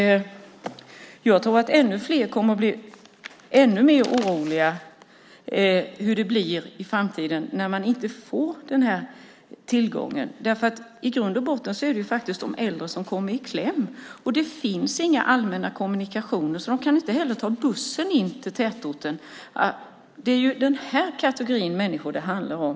Jag tror att ännu fler kommer att bli ännu oroligare för hur det ska bli när de inte får tillgång till detta. I grund och botten är det de äldre som kommer i kläm. Det finns inga allmänna kommunikationer, så de kan inte heller ta bussen in till tätorten. Det är denna kategori människor som det handlar om.